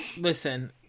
Listen